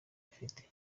afite